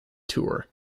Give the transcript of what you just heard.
tour